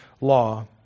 law